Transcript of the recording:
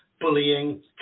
bullying